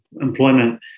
employment